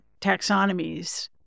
taxonomies